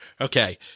Okay